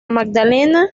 magdalena